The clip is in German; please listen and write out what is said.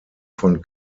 von